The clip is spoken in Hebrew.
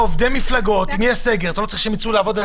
עובדי המפלגות צריכים לצאת לעבוד,